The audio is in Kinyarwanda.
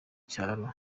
cyaro